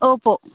Oppo